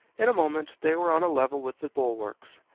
in a moment they were on a level with the bulwarks,